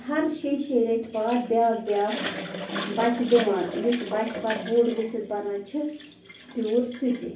ہَر شیٚیہِ شیٚیہِ ریٚتۍ بعد بیٛاکھ بیٛاکھ بَچہٕ زیٚوان بَچہٕ پَتہٕ بوٚڑ گٔژھِتھ بَنان چھِ تیوٗر سُہ تہِ